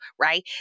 Right